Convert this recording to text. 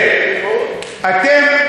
אתם,